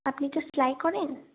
আপনি তো সেলাই করেন